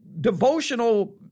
Devotional